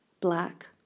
black